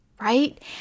right